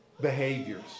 behaviors